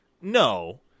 No